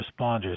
responders